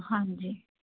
ਹਾਂਜੀ